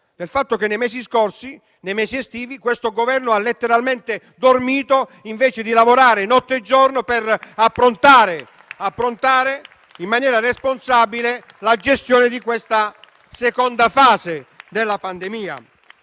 il fatto che nei mesi scorsi, nei mesi estivi, questo Governo ha letteralmente dormito invece di lavorare notte e giorno per approntare in maniera responsabile la gestione della seconda fase della pandemia.